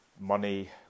money